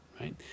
right